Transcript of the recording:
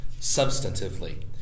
substantively